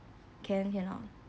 can cannot